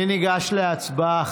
אני ניגש להצבעה.